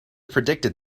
predicted